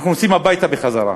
אנחנו נוסעים הביתה בחזרה.